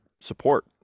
support